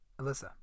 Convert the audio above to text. Alyssa